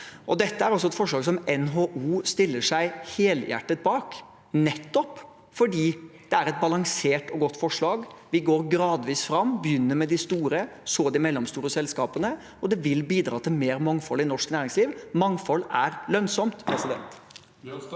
Dette er altså et forslag som NHO stiller seg helhjertet bak, nettopp fordi det er et balansert og godt forslag. Vi går gradvis fram, begynner med de store og så de mellomstore selskapene. Det vil bidra til mer mangfold i norsk næringsliv. Mangfold er lønnsomt. Sivert